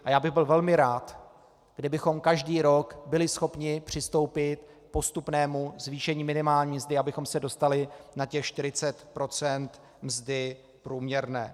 A já bych byl velmi rád, kdybychom každý rok byli schopni přistoupit k postupnému zvýšení minimální mzdy, abychom se dostali na těch 40 procent mzdy průměrné.